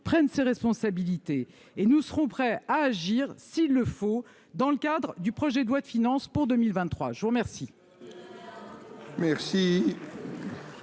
prenne ses responsabilités, et nous serons prêts à agir s'il le faut dans le cadre du projet de loi de finances pour 2023. La parole